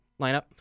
lineup